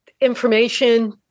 information